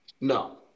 No